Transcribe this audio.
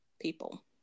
people